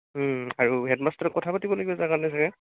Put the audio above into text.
আৰু হেডমাষ্টাৰৰ কথা পাতিব লাগিব তাৰ কাৰণে চাগে